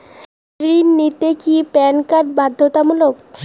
ঋণ নিতে কি প্যান কার্ড বাধ্যতামূলক?